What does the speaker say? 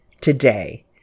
today